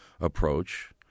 approach